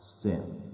sin